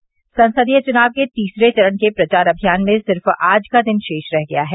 से से संसदीय चुनाव के तीसरे चरण के प्रचार अभियान में सिर्फ आज का दिन शेष रह गया है